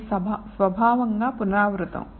ఇది స్వభావంగా పునరావృతం